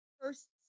first